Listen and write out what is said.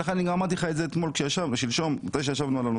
אמרתי לך אתמול או שלשום עת ישבנו,